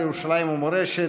ירושלים ומורשת,